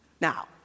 Now